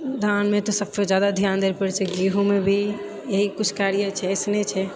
धानमे तऽ सबसँ जादा ध्यान दै कऽ पड़ै छै गेहूँमे भी इएही किछु कार्य इएही छै एसने छै